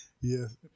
Yes